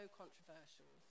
controversial